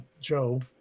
Joe